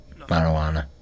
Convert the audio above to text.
Marijuana